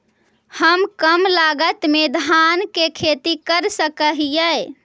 हम कम लागत में धान के खेती कर सकहिय?